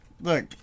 Look